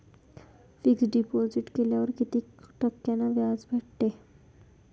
Fix deposit केल्यावर कितीक टक्क्यान व्याज भेटते?